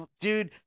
dude